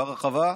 ברחבה,